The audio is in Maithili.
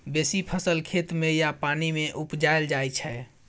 बेसी फसल खेत मे या पानि मे उपजाएल जाइ छै